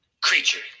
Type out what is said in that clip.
creature